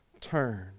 turn